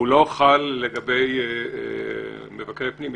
הוא לא חל לגבי מבקרי פנים.